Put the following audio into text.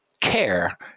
care